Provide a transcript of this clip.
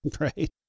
Right